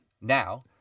now